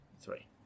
Three